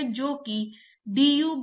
तो यह न तो लामिना है और न ही टर्बूलेंट